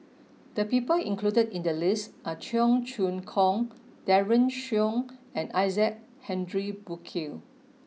the people included in the list are Cheong Choong Kong Daren Shiau and Isaac Henry Burkill